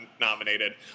nominated